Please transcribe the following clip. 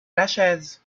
lachaise